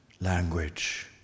language